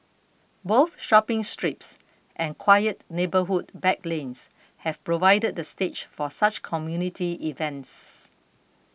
both shopping strips and quiet neighbourhood back lanes have provided the stage for such community events